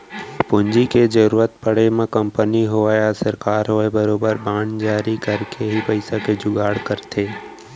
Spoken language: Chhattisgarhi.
पूंजी के जरुरत पड़े म कंपनी होवय या सरकार होवय बरोबर बांड जारी करके ही पइसा के जुगाड़ करथे